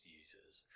users